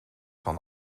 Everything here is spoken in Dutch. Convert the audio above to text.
van